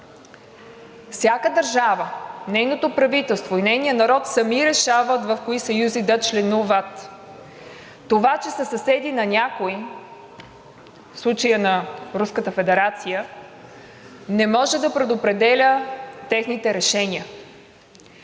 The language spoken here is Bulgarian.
всяка държава, нейното правителство и нейният народ сами решават в кои съюзи да членуват. Това, че са съседи на някой, в случая на Руската федерация, не може да предопределя техните решения.